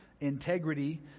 integrity